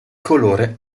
colore